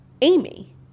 Amy